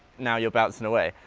now you're bouncing away.